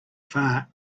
far